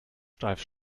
steif